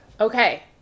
Okay